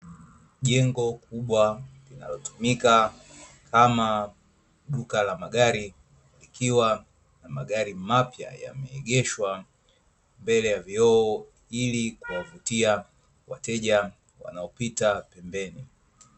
Jengo kubwa linalotumika kama duka la magari, likiwa na magari mapya yameegeshwa mbele ya vioo, ili kuwavutia wateja wanaopita pembeni.